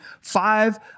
five